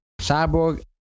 Cyborg